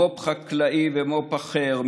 מו"פ חקלאי ומו"פ אחר,